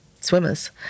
swimmers